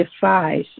defies